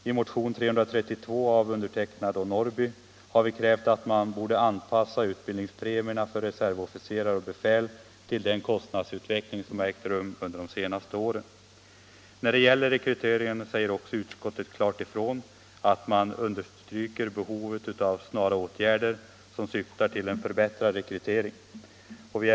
I motion 332 av herr Norrby och mig har vi krävt = för värnpliktiga att man borde anpassa utbildningspremierna för reservofficerare och befäl — m.fl. till den kostnadsutveckling som ägt rum under de senaste åren. Utskottet understryker klart behovet av snara åtgärder som syftar till en förbättrad rekrytering.